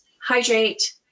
hydrate